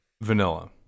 Vanilla